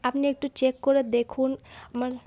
আপনি একটু চেক করে দেখুন আমার